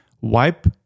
wipe